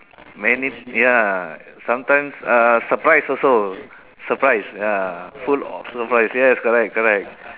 many ya sometimes uh surprise also surprise ya full of surprise yes correct correct